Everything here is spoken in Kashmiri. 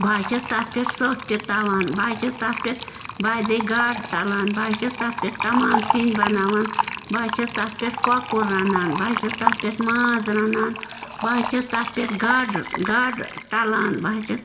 بہٕ حظ چھَس تَتھ پٮ۪ٹھ سوٚت تہِ تَوان بہٕ حظ چھَس تَتھ پٮ۪ٹھ بازے گاڈٕ تَلان بہٕ حظ چھَس تَتھ پٮ۪ٹھ تَمام سِنۍ بَناوان بہٕ حظ چھَس تَتھ پٮ۪ٹھ کۄکُر رَنان بہٕ حظ چھَس تَتھ پٮ۪ٹھ ماز رَنان بہٕ حظ چھَس تَتھ پٮ۪ٹھ گاڈٕ گاڈٕ تَلان بہٕ حظ چھَس